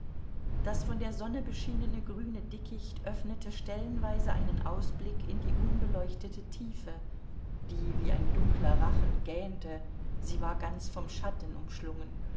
das von der sonne beschienene grüne dickicht öffnete stellenweise einen ausblick in die unbeleuchtete tiefe die wie ein dunkler rachen gähnte sie war ganz vom schatten umschlungen